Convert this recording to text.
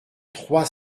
trois